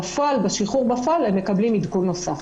בפועל, בשחרור בפועל, הם מקבלים עדכון נוסף.